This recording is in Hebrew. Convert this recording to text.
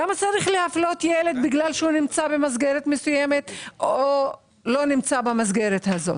למה צריך להפלות ילד בגלל שהוא נמצא במסגרת מסוימת או לא במסגרת הזאת?